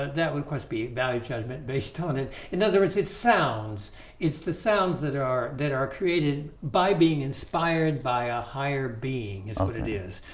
ah that would cost be value judgment based on it in other words it sounds it's the sounds that are are that are created by being inspired by a higher being as what it is